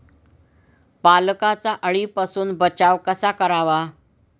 पालकचा अळीपासून बचाव कसा करावा?